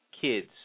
kids